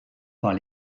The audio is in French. par